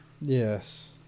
Yes